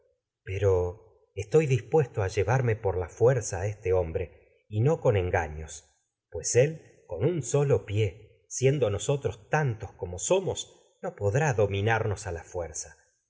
pero estoy dis a este puesto a llevarme por la fuerza hombre y no con engaños pues él con como un solo pie siendo nosotros tantos a somos no podrá dominarnos venido como la fuerza